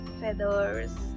feathers